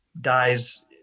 dies